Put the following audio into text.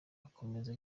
ikomeza